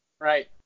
Right